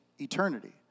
eternity